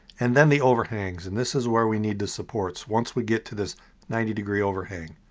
and then the overhangs. and this is where we need the supports. once we get to this ninety degree overhang.